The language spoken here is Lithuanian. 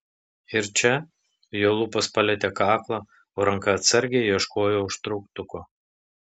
ir čia jo lūpos palietė kaklą o ranka atsargiai ieškojo užtrauktuko